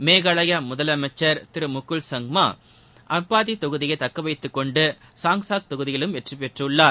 மேகாலயா முதலமைச்சர் திரு முகுல் சங்மா அம்பாதி தொகுதியை தக்கவைத்துக் கொண்டு சாங்சாக் தொகுதியிலும் வெற்றி பெற்றுள்ளார்